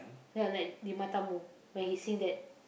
ya like Di Matamu when he sing that